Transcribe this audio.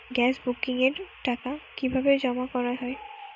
Gas বুকিংয়ের টাকা কিভাবে জমা করা হয়?